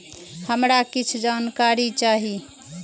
हमरा कीछ जानकारी चाही